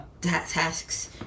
tasks